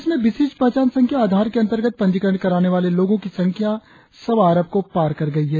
देश में विशिष्ट पहचान संख्या आधार के अंतर्गत पंजीकरण कराने वाले लोगों की संख्या सवा अरब को पार कर गई है